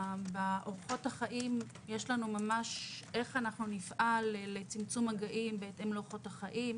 אופן בו נפעל לצמצום מגעים בהתאם לאורחות החיים.